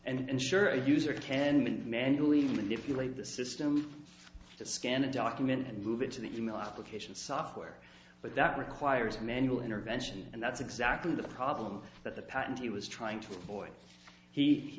and sure the user can manually manipulate the system to scan a document and move it to the email application software but that requires manual intervention and that's exactly the problem that the patent he was trying to avoid he